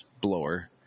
blower